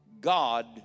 God